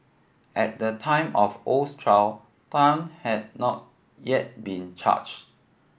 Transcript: at the time of Oh's trial Tan had not yet been charged